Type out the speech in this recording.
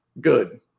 good